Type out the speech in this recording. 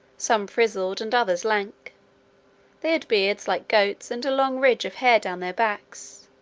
some frizzled, and others lank they had beards like goats, and a long ridge of hair down their backs,